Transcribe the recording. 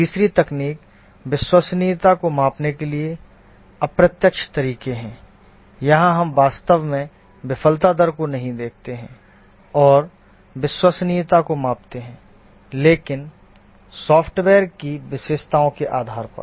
तीसरी तकनीक विश्वसनीयता को मापने के लिए अप्रत्यक्ष तरीके हैं यहां हम वास्तव में विफलता दर को नहीं देखते हैं और विश्वसनीयता को मापते हैं लेकिन सॉफ्टवेयर की विशेषताओं के आधार पर